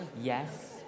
Yes